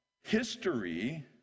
history